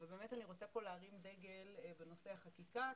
אני רוצה להרים דגל בנושא החקיקה.